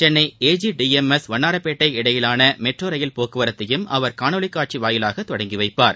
Chennai A G D M S Vannarapettai இடையேயான metro rail போக்குவரத்தையும் அவர் காணொலி காட்சி மூலம் தொடங்கி வைப்பார்